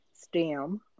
STEM